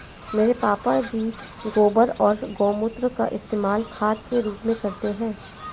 मेरे पापा जी गोबर और गोमूत्र का इस्तेमाल खाद के रूप में करते हैं